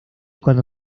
cuando